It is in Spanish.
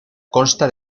consta